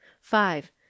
five